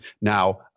Now